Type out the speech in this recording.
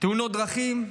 תאונות דרכים,